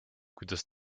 kuidas